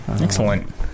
Excellent